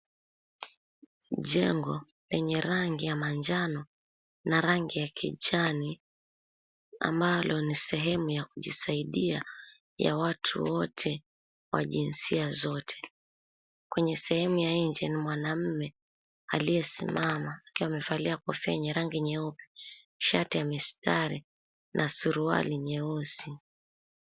Jengo lenye rangi ya manjano na rangi ya kijani ambalo ni sehemu ya kujisaidia ya watu wote wa jinsia zote. Kwenye sehemu ya nje ni mwanaume aliyesimama akiwa amevalia kofia yenye rangi nyeupe, shati ya mistari na suruali nyeusi.